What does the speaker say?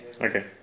Okay